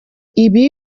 ibi